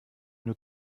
nur